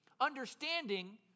Understanding